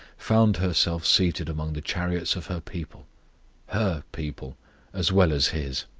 found herself seated among the chariots of her people her people as well as his.